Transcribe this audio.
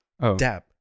dab